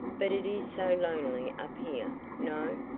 but it is so lonely up here no,